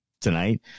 tonight